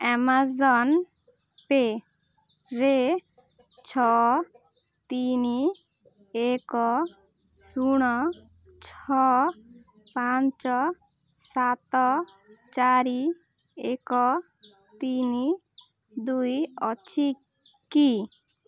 Amazon ପେ'ରେ ଛଅ ତିନି ଏକ ଶୂନ ଛଅ ପାଞ୍ଚ ସାତ ଚାରି ଏକ ତିନି ଦୁଇ ଅଛି କି